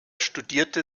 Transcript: studierte